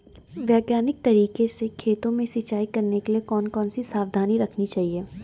वैज्ञानिक तरीके से खेतों में सिंचाई करने के लिए कौन कौन सी सावधानी रखनी चाहिए?